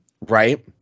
right